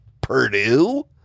Purdue